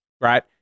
right